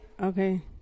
Okay